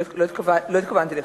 לא התכוונתי לכך.